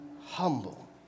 humble